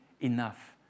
enough